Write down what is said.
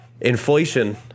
inflation